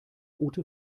ute